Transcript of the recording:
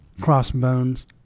crossbones